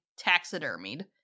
taxidermied